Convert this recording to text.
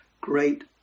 great